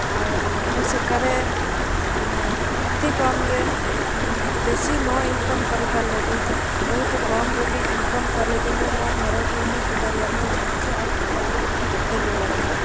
ଆଉ ମୁଁ ସେଠାରେ ଏଁ ଅତି କମ୍ରେ ବେଶି ନ ଇନକମ୍ କରିପାରିଲେ ବି ବହୁତ କମ୍ରେ ବି ଇନକମ୍ କଲେ ବି ମୁଁ ମୋ ଘରକୁ ମୁଁ ସୁଧାରିବା ପାଇଁ ଚାହୁଁଛି ଆଉ ସୁଧାରି ଦେବି ମଧ୍ୟ